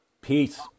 Peace